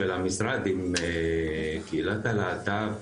של המשרד עם קהילת הלהט"ב,